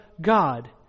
God